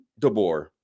DeBoer